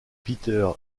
peter